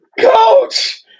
coach